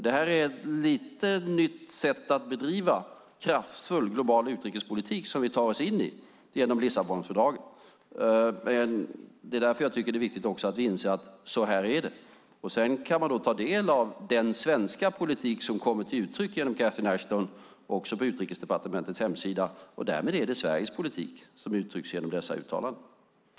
Det här är ett lite nytt sätt att bedriva en kraftfull global utrikespolitik på som vi tar oss in i genom Lissabonfördraget. Det är också därför som jag tycker att det är viktigt att vi inser att det är så här. Sedan kan man också ta del av den svenska politik som kommer till uttryck genom Catherine Ashton på Utrikesdepartementets hemsida, och därmed är det Sveriges politik som uttrycks genom dessa uttalanden.